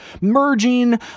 merging